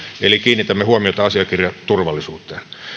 eli kiinnitämme huomiota asiakirjaturvallisuuteen